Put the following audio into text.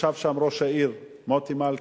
ישב ראש העיר מוטי מלכה.